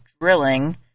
drilling